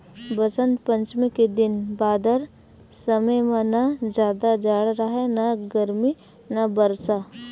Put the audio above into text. बसंत पंचमी के दिन बादर समे म न जादा जाड़ राहय न गरमी न बरसा